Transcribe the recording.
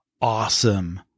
awesome